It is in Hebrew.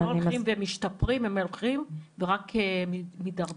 הם לא הולכים ומשתפרים, הם הולכים ורק מתדרדרים.